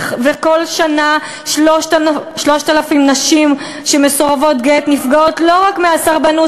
וכל שנה 3,000 נשים שהן מסורבות גט נפגעות לא רק מהסרבנות